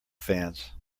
fans